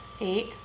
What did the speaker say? Eight